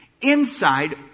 inside